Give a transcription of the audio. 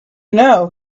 know